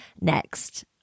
next